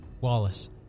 Wallace